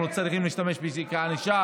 שאנחנו לא צריכים להשתמש בזה כענישה.